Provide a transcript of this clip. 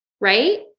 right